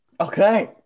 Okay